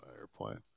airplane